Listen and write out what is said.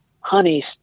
honey